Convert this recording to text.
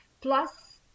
Plus